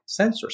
sensors